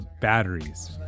batteries